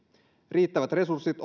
riittävät resurssit